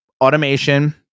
automation